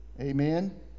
Amen